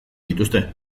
dituzte